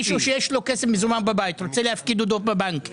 האם מי שיש לו מזומן בבית ורוצה להפקיד בבנק יוענש,